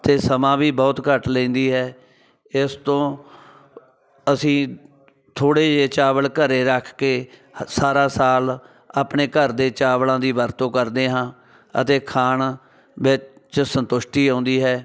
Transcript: ਅਤੇ ਸਮਾਂ ਵੀ ਬਹੁਤ ਘੱਟ ਲੈਂਦੀ ਹੈ ਇਸ ਤੋਂ ਅਸੀਂ ਥੋੜ੍ਹੇ ਜਿਹੇ ਚਾਵਲ ਘਰੇ ਰੱਖ ਕੇ ਸਾਰਾ ਸਾਲ ਆਪਣੇ ਘਰ ਦੇ ਚਾਵਲਾਂ ਦੀ ਵਰਤੋਂ ਕਰਦੇ ਹਾਂ ਅਤੇ ਖਾਣ ਵਿੱਚ ਸੰਤੁਸ਼ਟੀ ਆਉਂਦੀ ਹੈ